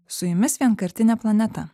su jumis vienkartinė planeta